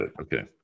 Okay